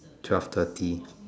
twelve thirty